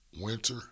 winter